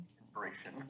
Inspiration